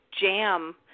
jam